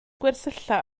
gwersylla